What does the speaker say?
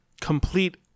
complete